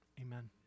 amen